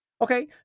Okay